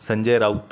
Sanjay Raut